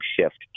shift